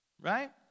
Right